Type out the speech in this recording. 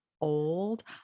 old